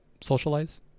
socialize